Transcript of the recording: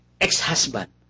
ex-husband